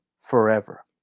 forever